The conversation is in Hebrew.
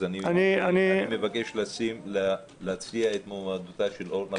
אז אני מבקש להציע את מועמדותה של אורנה